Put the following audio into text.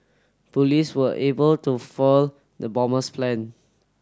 police were able to foil the bomber's plan